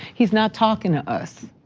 he's not talking to us.